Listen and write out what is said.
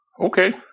okay